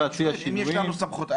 אם יש לנו סמכות,